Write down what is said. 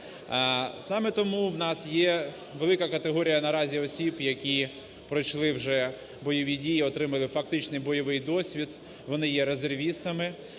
Саме тому в нас є велика категорія наразі осіб, які пройшли вже бойові дії, отримали фактичний бойовий досвід, вони є резервістами.